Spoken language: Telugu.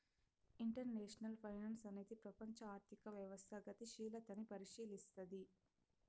ఇంటర్నేషనల్ ఫైనాన్సు అనేది ప్రపంచం ఆర్థిక వ్యవస్థ గతిశీలతని పరిశీలస్తది